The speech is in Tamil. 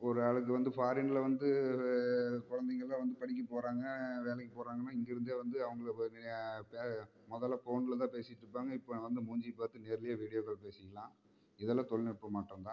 ஒரு ஆளுக்கு வந்து ஃபாரின்ல வந்து ஒரு குழந்தைங்கள்லாம் வந்து படிக்க போகிறாங்க வேலைக்கு போகிறாங்கன்னா இங்கிருந்தே வந்து அவங்களுக்கு ஒரு முதல ஃபோன்ல தான் பேசிகிட்ருப்பாங்க இப்பெல்லாம் வந்து மூஞ்சியை பார்த்து நேர்லையே வீடியோ கால் பேசிக்கலாம் இதுலாம் தொழில்நுட்பம் மாற்றம் தான்